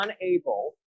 unable